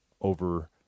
over